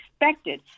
expected